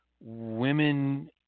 women